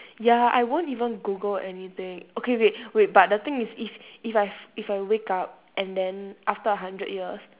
ya I won't even google anything okay wait wait but the thing is if if I've if I wake up and then after a hundred years